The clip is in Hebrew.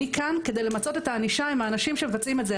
אני כאן כדי למצות את הענישה של האנשים שמבצעים את זה,